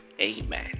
Amen